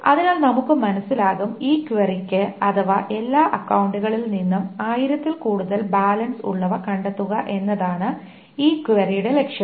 അതിനാൽ നമുക്ക് മനസ്സിലാകും ഈ ക്വയറിക്ക് അഥവാ എല്ലാ അക്കൌണ്ടുകളിൽ നിന്നും 1000 ൽ കൂടുതൽ ബാലൻസ് ഉള്ളവ കണ്ടെത്തുക എന്നതാണ് ഈ ക്വയറിയുടെ ലക്ഷ്യം